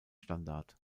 standard